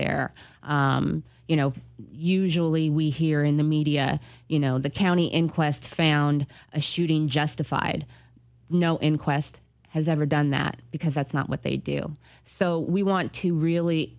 there you know usually we hear in the media you know the county inquest found a shooting justified no inquest has ever done that because that's not what they do so we want to really